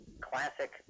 classic